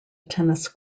tennis